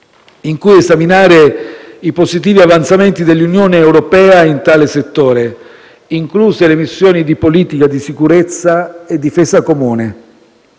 in cui esaminare i positivi avanzamenti dell'Unione europea in tale settore, incluse le missioni di politica di sicurezza e difesa comune.